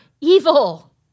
evil